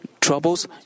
troubles